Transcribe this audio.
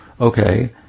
okay